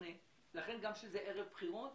לכן גם אם זה ערב בחירות